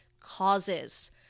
causes